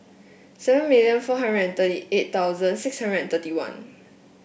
seven million four hundred and thirty eight thousand six hundred and thirty one